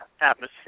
atmosphere